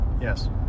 yes